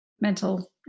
mental